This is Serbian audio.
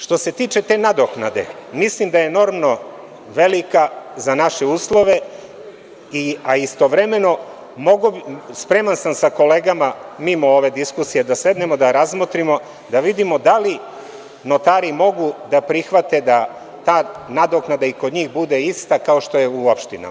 Što se tiče te nadoknade mislim da je enormno velika za naše uslove, a istovremeno, spreman sam sa kolegama mimo ove diskusije da sednemo i razmotrimo, da vidimo da li notari mogu da prihvate da ta nadoknada i kod njih bude ista kao što je u opštinama.